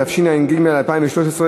התשע"ג 2013,